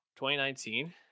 2019